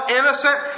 innocent